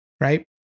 right